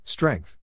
Strength